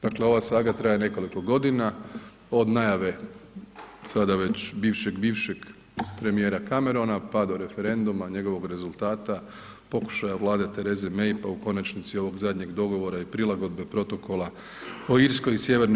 Dakle ova saga traje nekoliko godina, od najave sada već bivšeg bivšeg premijera Camerona pa do referenduma, njegovog rezultata, pokušaja Vlade Therese May pa u konačnici ovog zadnjeg dogovora i prilagodbe protokola o Irskoj i Sj.